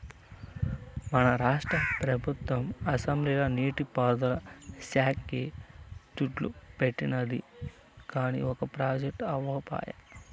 మన రాష్ట్ర పెబుత్వం అసెంబ్లీల నీటి పారుదల శాక్కి దుడ్డు పెట్టానండాది, కానీ ఒక ప్రాజెక్టు అవ్యకపాయె